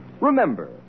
Remember